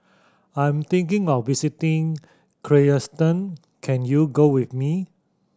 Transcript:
I'm thinking of visiting Kyrgyzstan can you go with me